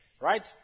Right